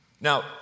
now